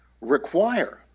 require